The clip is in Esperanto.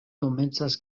komencas